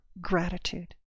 gratitude